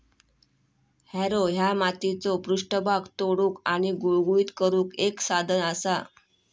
Harrow ह्या मातीचो पृष्ठभाग तोडुक आणि गुळगुळीत करुक एक साधन असा